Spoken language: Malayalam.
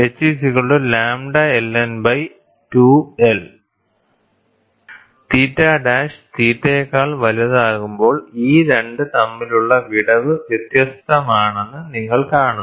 H λLN 2l theta dash θ യെക്കാൾ വലുതാകുമ്പോൾ ഈ 2 തമ്മിലുള്ള വിടവ് വ്യത്യസ്തമാണെന്ന് നിങ്ങൾ കാണുന്നു